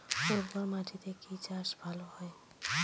উর্বর মাটিতে কি চাষ ভালো হয়?